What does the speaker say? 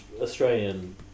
Australian